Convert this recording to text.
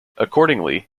accordingly